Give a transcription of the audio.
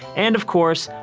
and of course,